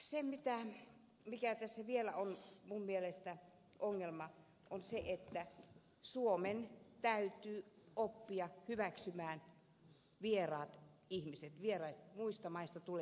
se mikä tässä vielä on minun mielestäni ongelma on se että suomen täytyy oppia hyväksymään vieraat ihmiset muista maista tulevat ihmiset